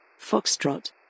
Foxtrot